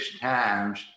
times